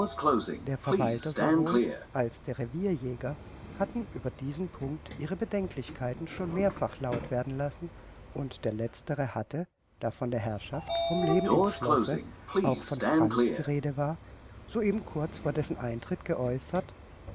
der verwalter sowohl als der revierjäger hatten über diesen punct ihre bedenklichkeiten schon mehrfach laut werden lassen und der letztere hatte da von der herrschaft vom leben im schlosse auch von franz die rede war so eben kurz vor dessen eintritt geäußert